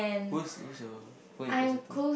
who's who's your who you closer to